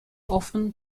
often